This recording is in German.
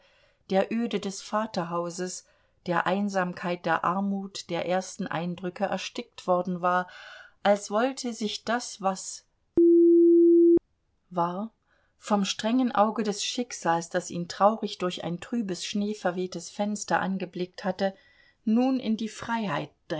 der öde des vaterhauses der einsamkeit der armut der ersten eindrücke erstickt worden war als wollte sich das was war vom strengen auge des schicksals das ihn traurig durch ein trübes schneeverwehtes fenster angeblickt hatte nun in die freiheit